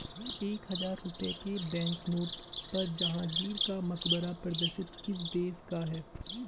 एक हजार रुपये के बैंकनोट पर जहांगीर का मकबरा प्रदर्शित किस देश का है?